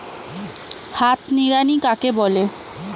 হাত নিড়ানি কাকে বলে?